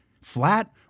flat